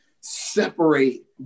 separate